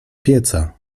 pieca